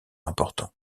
important